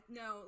no